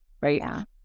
right